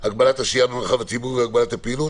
(הגבלת השהייה במרחב הציבורי והגבלת פעילות).